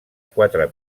quatre